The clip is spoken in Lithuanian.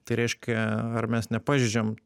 tai reiškia ar mes nepažeidžiam